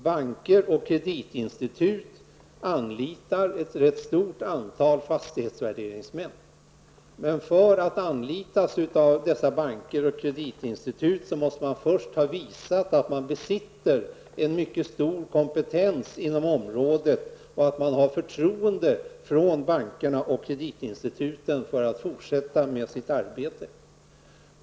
Banker och kreditinstitut anlitar ett rätt stort antal fastighetsvärderingsmän, men för att anlitas av dessa banker och kreditinstitut måste man ha visat att man besitter en mycket stor kompetens inom området. Man måste ha förtroende från bankerna och kreditinstituten för att fortsätta med sitt arbete.